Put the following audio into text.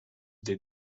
des